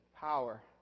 power